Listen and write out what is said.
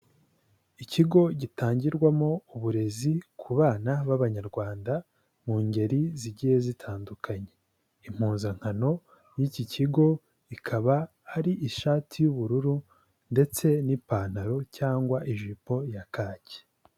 Ikigo gitangirwamo uburezi ku bana b'abanyarwanda mu ngeri zigiye zitandukanye. Impuzankano y'iki kigo ikaba ari ishati y'ubururu ndetse n'ipantaro cyangwa ijipo ya kaki.